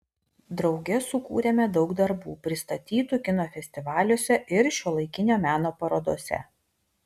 drauge sukūrėme daug darbų pristatytų kino festivaliuose ir šiuolaikinio meno parodose